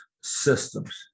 systems